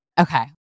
Okay